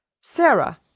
Sarah